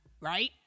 right